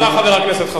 חבר הכנסת חסון.